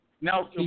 Now